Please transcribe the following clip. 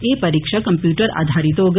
एह् परीक्षा कम्प्यूटर आघारित होग